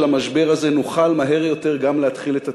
המשבר הזה נוכל מהר יותר גם להתחיל את התיקון.